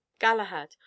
Galahad